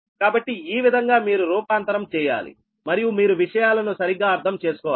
కాబట్టి ఈ విధంగా మీరు రూపాంతరం చెయ్యాలి మరియు మీరు విషయాలను సరిగ్గా అర్థం చేసుకోవాలి